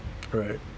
right